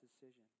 decision